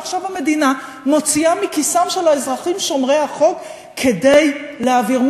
ועכשיו המדינה מוציאה מכיסם של האזרחים שומרי החוק כדי להעביר.